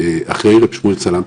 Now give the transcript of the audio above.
אחרי רב שמואל סלנט,